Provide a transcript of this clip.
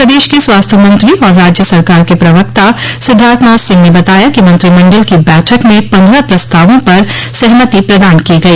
प्रदेश के स्वास्थ्य मंत्री और राज्य सरकारके प्रवक्ता सिद्धार्थनाथ सिंह ने बताया कि मंत्रिमंडल की बैठक में पन्द्रह प्रस्तावों पर सहमति प्रदान की गई